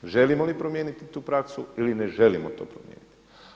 Želimo li promijeniti tu praksu ili ne želimo to promijeniti?